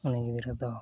ᱩᱱᱤ ᱜᱤᱫᱽᱨᱟᱹᱫᱚ